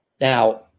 Now